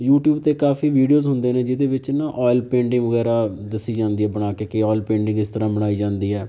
YouTube 'ਤੇ ਕਾਫੀ videos ਹੁੰਦੇ ਨੇ ਜਿਹਦੇ ਵਿੱਚ ਨਾ ਓਇਲ ਪੇਂਟਿੰਗ ਵਗੈਰਾ ਦੱਸੀ ਜਾਂਦੀ ਹੈ ਬਣਾ ਕੇ ਕਿ ਓਇਲ ਪੇਂਟਿੰਗ ਇਸ ਤਰ੍ਹਾਂ ਬਣਾਈ ਜਾਂਦੀ ਹੈ